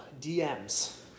DMs